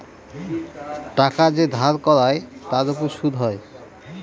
টাকা যে ধার করায় তার উপর সুদ হয়